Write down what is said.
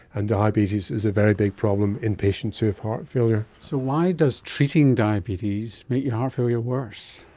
and diabetes is a very big problem in patients who have heart failure. so why does treating diabetes make your heart failure worse?